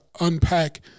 unpack